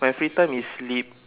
my free time is sleep